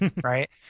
right